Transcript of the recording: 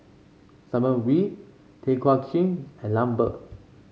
Simon Wee Tay Kay Chin and Lambert